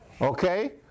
okay